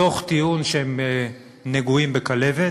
בטיעון שהם נגועים בכלבת.